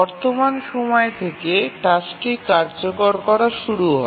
বর্তমান সময় থেকে টাস্কটি কার্যকর করা শুরু হয়